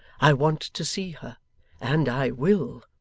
i want to see her and i will